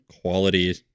quality